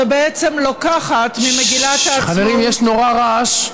שבעצם לוקחת ממגילת העצמאות, חברים, יש נורא רעש,